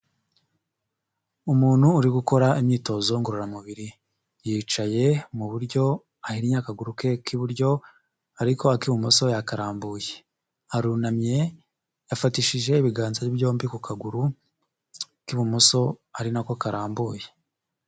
Umuntu uri gukora imyitozo ngororamubiri yicaye mu buryo ahinnye akaguru ke k'iburyo, ariko ak'ibumoso yakarambuye, arunamye yafatishije ibiganza byombi ku kaguru k'ibumoso ari nako karambuye.